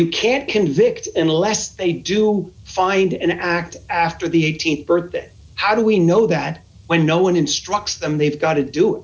you can't convict unless they do find an act after the th birthday how do we know that when no one instructs them they've got to do